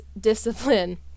discipline